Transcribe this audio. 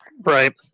Right